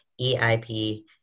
EIP